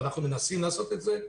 ואנחנו מנסים לעשות את זה,